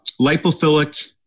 Lipophilic